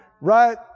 right